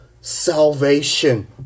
salvation